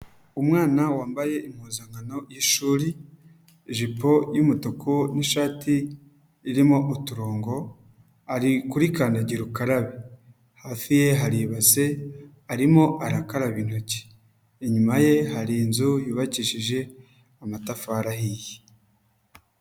Umwana wambaye impuzankano y'ishuri, ijipo y'umutuku n'ishati irimo uturongo, ari kuri kandagira ukarabe. Hafi ye hari ibase arimo arakaraba intoki. Inyuma ye hari inzu yubakishije amatafari ahiye.